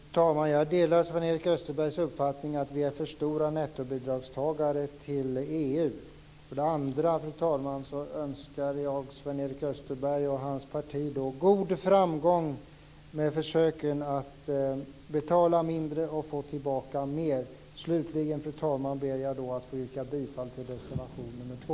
Fru talman! Jag delar Sven-Erik Österbergs uppfattning att vi är för stora nettobidragsgivare. Jag önskar Sven-Erik Österberg och hans parti god framgång med försöken att betala mindre och få tillbaka mer. Fru talman! Jag ber att få yrka bifall till reservation nr 2.